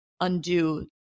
undo